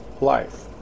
life